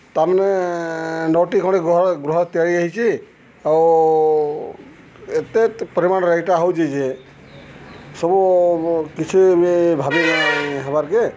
ତା'ମାନେ ନଅଟି ଖଣେ ଗୃହ ଗ୍ରହ ତିଆରି ହେଇଚି ଆଉ ଏତେ ପରିମାଣରେ ଇଟା ହଉଛେ ଯେ ସବୁ କିଛି ବି ଭାବି ନାଇ ହେବାର୍କେ